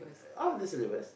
out of the syllabus